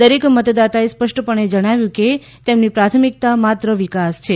દરેક મતદાતાએ સ્પષ્ટપણે જણાવ્યું કે તેમની પ્રાથમિકતા માત્ર વિકાસ છે